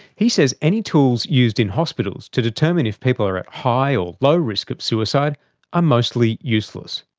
he says any tools used in hospitals to determine if people are at high or low risk of suicide are mostly useless.